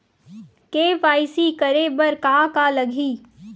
KYC करे बर का का लगही?